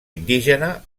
indígena